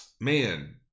Man